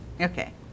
Okay